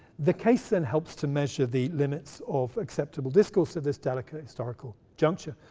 the case, then, helps to measure the limits of acceptable discourse of this delicate historical juncture.